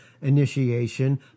Initiation